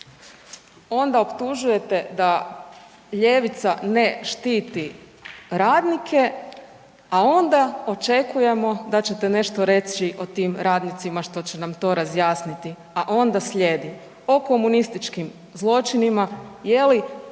Onda optužujete da ljevica ne štiti radnike, a onda očekujemo da ćete nešto reći o tim radnicima što će nam to razjasniti. A onda slijedi o komunističkim zločinima je li